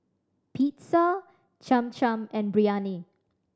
Pizza Cham Cham and Biryani